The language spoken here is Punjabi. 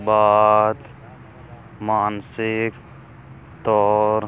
ਬਾਅਦ ਮਾਨਸਿਕ ਤੌਰ